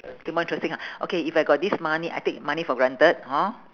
to more interesting ah okay if I got this money I take money for granted hor